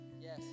Yes